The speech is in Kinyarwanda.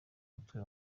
mutwe